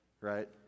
right